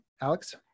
Alex